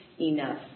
enough